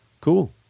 Cool